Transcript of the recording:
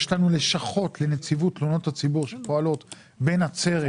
יש לנו לשכות לנציבות תלונות הציבור שפועלות בנצרת,